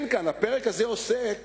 הפרק הזה עוסק